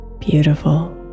Beautiful